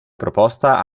proposta